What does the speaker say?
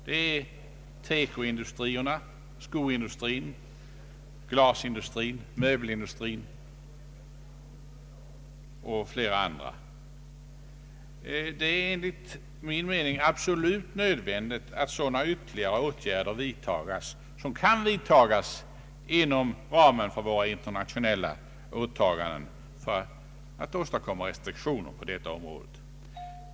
Det gäller tekoindustrin, skoindustrin, glasindustrin, möbelindustrin och flera andra. Det är enligt min mening absolut nödvändigt att sådana ytterligare åtgärder som kan vidtas inom ramen för våra internationella åtaganden också vidtas för att åstadkomma erforderliga restriktioner på detta område.